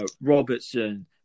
Robertson